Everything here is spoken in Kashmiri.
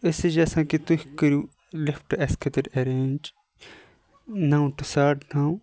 أسۍ ٲسۍ یَژھان کہِ تُہۍ کٔرِو لِفٹ اَسہِ خٲطرٕ اَرینٛج نَو ٹُہ ساڑٕ نَو